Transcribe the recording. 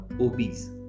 obese